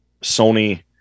Sony